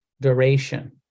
duration